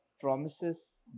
promises